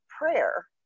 prayer